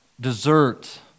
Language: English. dessert